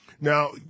Now